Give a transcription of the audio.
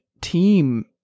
team